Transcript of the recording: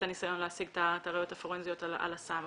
הניסיון להשיג את הראיות הפורנזיות על הסם,